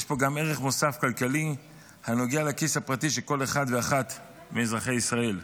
יש פה גם ערך מוסף כלכלי הנוגע לכיס הפרטי של כל אחד ואחת מאזרחי ישראל.